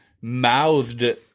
mouthed